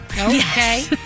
Okay